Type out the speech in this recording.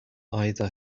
either